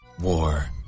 War